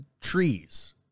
trees